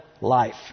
life